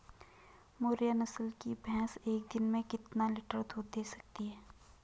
मुर्रा नस्ल की भैंस एक दिन में कितना लीटर दूध दें सकती है?